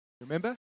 Remember